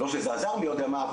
לא שזה עזר מי יודע מה,